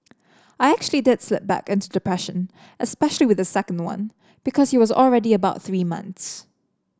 I actually did slip back into depression especially with the second one because he was already about three months